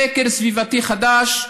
סקר סביבתי חדש,